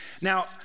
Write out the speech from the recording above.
Now